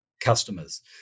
customers